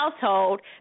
household